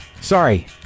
Sorry